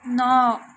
ନଅ